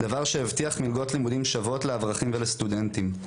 דבר שהבטיח מלגות לימודים שוות לאברכים ולסטודנטים,